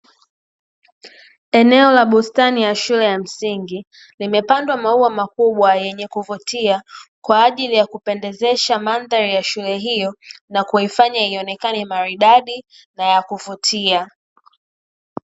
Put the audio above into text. Eneo la bustani ya shule ya msingi, limepandwa maua makubwa yenye kuvutia, kwa ajili ya kupendezesha mandhari ya shule hiyo, na kuifanya ionekane maridadi na ya kuvutia.